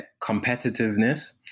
competitiveness